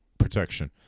protection